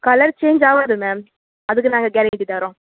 colour change ஆகுது ma'am அதுக்கு நாங்கள் கேரண்டி தரோம்